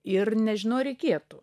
ir nežinau ar reikėtų